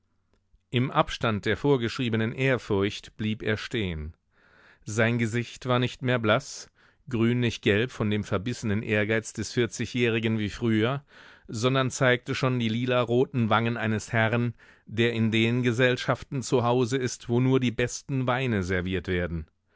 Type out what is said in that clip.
im abstand der vorgeschriebenen ehrfurcht blieb er stehn sein gesicht war nicht mehr blaß grünlichgelb von dem verbissenen ehrgeiz des vierzigjährigen wie früher sondern zeigte schon die lila roten wangen eines herrn der in den gesellschaften zu hause ist wo nur die besten weine serviert werden